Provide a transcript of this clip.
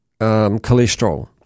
cholesterol